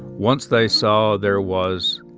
once they saw there was